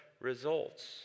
results